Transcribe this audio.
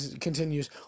continues